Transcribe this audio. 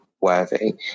worthy